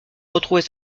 retrouver